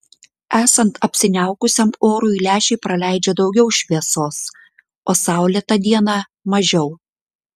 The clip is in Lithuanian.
esant apsiniaukusiam orui lęšiai praleidžia daugiau šviesos o saulėtą dieną mažiau